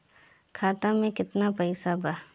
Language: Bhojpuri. खाता में केतना पइसा बा?